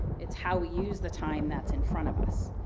it's how we use the time that's in front of us.